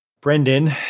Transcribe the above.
Brendan